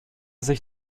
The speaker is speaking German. sich